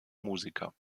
musiker